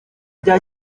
bya